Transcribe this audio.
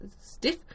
stiff